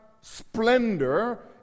splendor